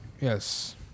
Yes